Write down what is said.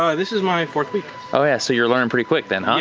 um this is my fourth week. oh yeah, so you're learning pretty quick then, huh?